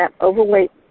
overweight